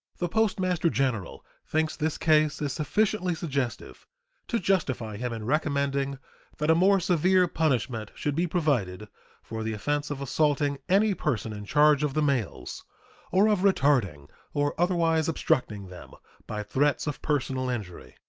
the postmaster-general thinks this case is sufficiently suggestive to justify him in recommending that a more severe punishment should be provided for the offense of assaulting any person in charge of the mails or of retarding or otherwise obstructing them by threats of personal injury.